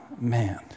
man